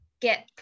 get